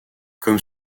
comme